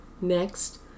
Next